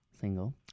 single